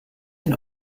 been